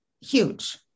huge